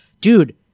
Dude